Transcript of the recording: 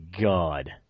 God